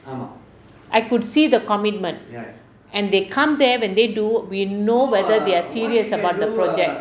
I could see the commitment and they come there when they do we know whether they are serious about the project